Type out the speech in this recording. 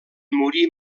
morir